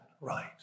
right